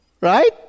Right